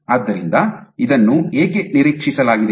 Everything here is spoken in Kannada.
ಆದ್ದರಿಂದ ಇದನ್ನು ಏಕೆ ನಿರೀಕ್ಷಿಸಲಾಗಿದೆ